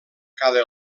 cada